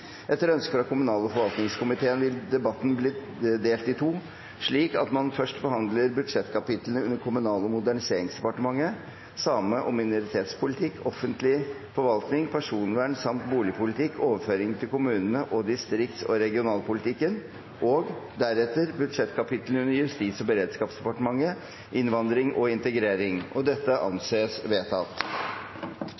Etter ønske fra kommunal- og forvaltningskomiteen vil debatten bli delt i to, slik at man først behandler budsjettkapitlene under Kommunal- og moderniseringsdepartementet: same- og minoritetspolitikk, offentlig forvaltning, personvern samt boligpolitikk, overføring til kommunene og distrikts- og regionalpolitikken og deretter budsjettkapitlene under Justis- og beredskapsdepartementet: innvandring og integrering.